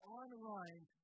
online